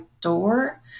door